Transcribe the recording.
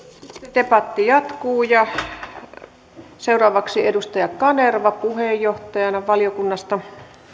debatti jatkuu ja seuraavaksi edustaja kanerva puheenjohtajana valiokunnasta